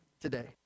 today